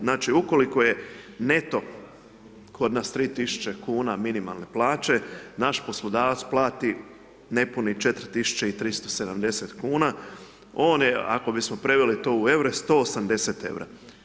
Znači ukoliko je neto kod nas 3000 minimalne plaće, naš poslodavac plati nepunih 4370 kuna, on je ako bismo preveli to u eure, 180 eura.